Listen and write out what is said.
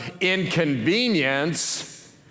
inconvenience